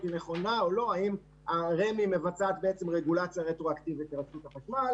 נכונה והאם רמ"י מבצעת רגולציה רטרואקטיבית לרשות החשמל